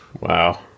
Wow